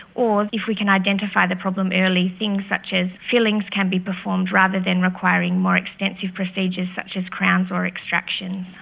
or, if we can identify the problem early, things such as fillings can be performed rather than requiring more extensive procedures such as crowns or extraction.